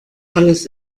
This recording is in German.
alles